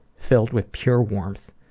filled with pure warmth.